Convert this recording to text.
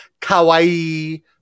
kawaii